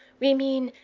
we mean,